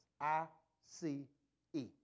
I-C-E